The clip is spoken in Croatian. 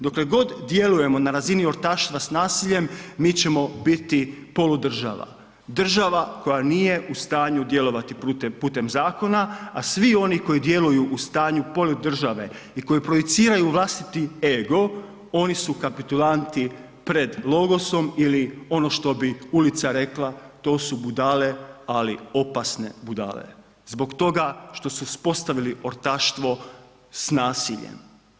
Dokle god djelujemo na razini ortaštva s nasiljem mi ćemo biti polu država, država koja nije u stanju djelovati putem zakona, a svi oni koji djeluju u stanju polu države i koji projiciraju vlastiti ego oni su kapitulanti pred logosom ili ono što bi ulica rekla to su budale, ali opasne budale zbog toga što su uspostavili ortaštvo s nasiljem.